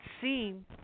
seem